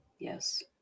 yes